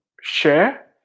Share